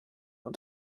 und